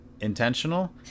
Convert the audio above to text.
intentional